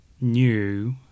new